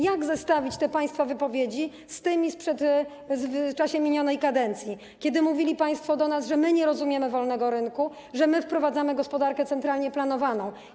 Jak zestawić te państwa wypowiedzi z tymi w czasie minionej kadencji, kiedy mówili państwo do nas, że nie rozumiemy wolnego rynku, że wprowadzamy gospodarkę centralnie planowaną?